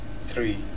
three